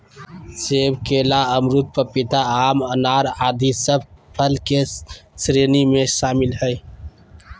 सेब, केला, अमरूद, पपीता, आम, अनार आदि सब फल के श्रेणी में शामिल हय